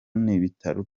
n’ibitaro